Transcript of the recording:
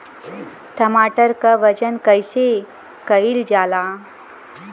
टमाटर क वजन कईसे कईल जाला?